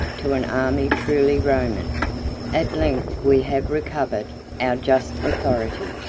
to an army truly roman at length we have recovered our just authority,